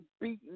beaten